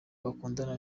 bakunda